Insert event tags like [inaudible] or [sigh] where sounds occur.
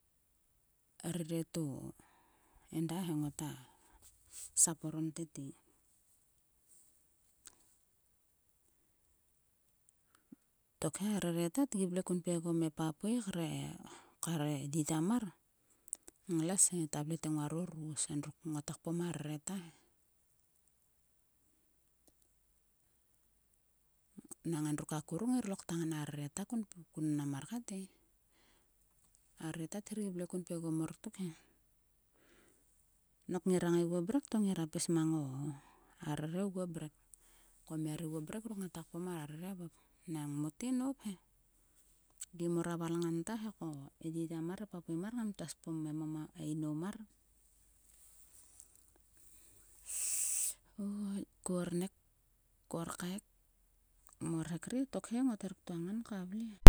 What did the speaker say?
A rere to eda he ngoto sap orom tete. Tokhe a rere ta tgi vle kun pgegom e papui kre yiya mar ngles he. Ta vle te nguaro ros. endruk ngata kpom a rere ta he. Nang endruk a kuruk. ngir lokta ngan a rere ta kun mnam mar kat e. A re ta ther gi vle kun pgegommor tuk he. Nok ngira ngaiguo mrek to ngira pis mang o. a rere ogua mrek. Ko mia ri guo mrek ngata kpoma revevop. Nang mote nop he. Gi mor a valngan ta he ko e yiya mar. e papui mar ngam ktuaspom e mama [unintelligible] e inou mar. kornek. korkaekmorhek ri tokhe ngot her ktua ngan ka vle he.